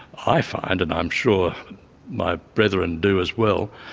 i find, and i'm sure my brethren do as well,